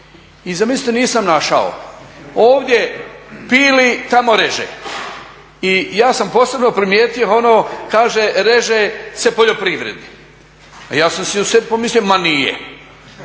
I zamislite nisam našao. Ovdje pili tamo reže. I ja sam posebno primijetio ono, kaže reže se poljoprivredi. Ja sam si u sebi pomislio, ma nije.